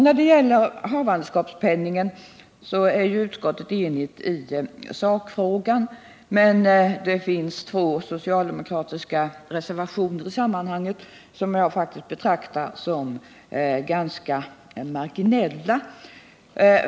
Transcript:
När det gäller havandeskapspenningen är utskottet enigt i sakfrågan, men det finns två socialdemokratiska reservationer i sammanhanget som jag betraktar som ganska marginella.